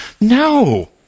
no